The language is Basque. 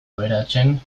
aberatsen